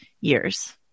years